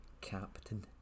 captain